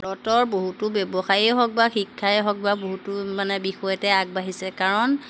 বহুতো ব্যৱসায়ে হওক বা শিক্ষাই হওক বা বহুতো মানে বিষয়তে আগবাঢ়িছে কাৰণ